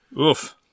Oof